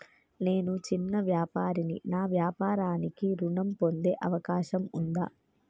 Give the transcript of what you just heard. నేను చిన్న వ్యాపారిని నా వ్యాపారానికి ఋణం పొందే అవకాశం ఉందా?